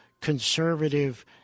conservative